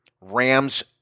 Rams